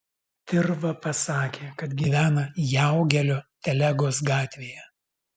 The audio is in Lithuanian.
tirva pasakė kad gyvena jaugelio telegos gatvėje